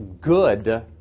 good